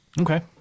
Okay